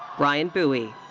brian bui.